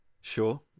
sure